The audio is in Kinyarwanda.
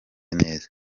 neza